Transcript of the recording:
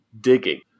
digging